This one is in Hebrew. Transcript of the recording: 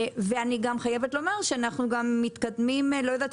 ואני גם חייבת לומר שאנחנו גם מתקדמים לא יודעת